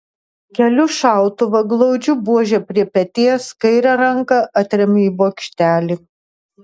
keliu šautuvą glaudžiu buožę prie peties kairę ranką atremiu į bokštelį